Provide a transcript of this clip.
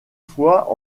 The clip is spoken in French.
fois